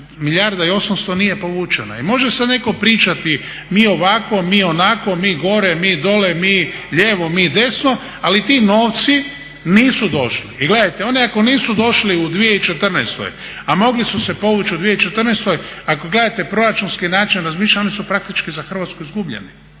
milijarda i 800 nije povučena. I može sad netko pričati mi ovako, mi onako, mi gore, mi dole, mi lijevo, mi desno, ali ti novci nisu došli i gledajte, oni ako nisu došli u 2014., a mogli su se povuć u 2014. Ako gledate proračunski način razmišljanja oni su praktički za Hrvatsku izgubljeni,